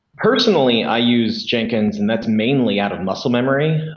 personally, i use jenkins and that's mainly out of muscle memory.